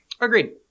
agreed